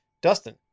Dustin